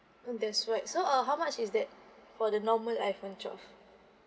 mm that's right so uh how much is that for the normal iPhone twelve